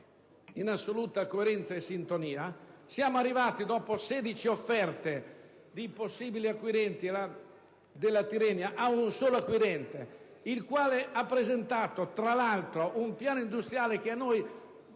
in assoluta coerenza e sintonia. Siamo arrivati, dopo 16 offerte di possibili acquirenti della Tirrenia, ad un solo acquirente, il quale ha presentato un piano industriale che peraltro